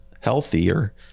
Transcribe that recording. healthier